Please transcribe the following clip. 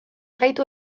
gaitu